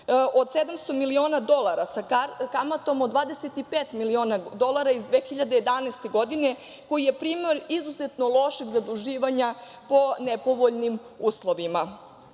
od 700 miliona dolara sa kamatom od 25 miliona dolara iz 2011. godine koji je primer izuzetno lošeg zaduživanja po nepovoljnim uslovima. Isti